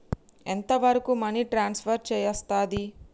ఎంత వరకు money transfer చేయస్తది?